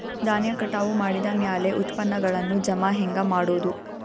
ಧಾನ್ಯ ಕಟಾವು ಮಾಡಿದ ಮ್ಯಾಲೆ ಉತ್ಪನ್ನಗಳನ್ನು ಜಮಾ ಹೆಂಗ ಮಾಡೋದು?